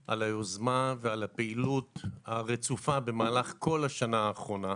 על היוזמה ועל הפעילות הרצופה במהלך כל השנה האחרונה,